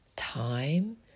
time